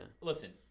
Listen